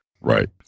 Right